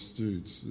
States